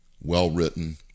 well-written